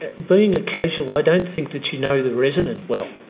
being a casual, i don't think that you know the resident well,